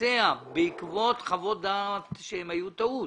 התבצע בעקבות חוות דעת שהיו טעות